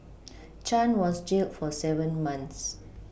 Chan was jailed for seven months